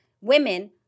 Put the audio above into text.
women